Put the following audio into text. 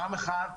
פעם אחת,